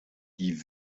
die